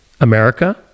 America